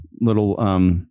Little